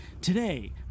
today